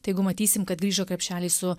tai jeigu matysim kad grįžo krepšeliai su